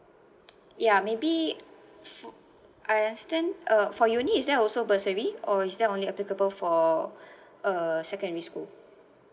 yeah maybe f~ I understand uh for uni is there also bursary or is that only applicable for uh secondary school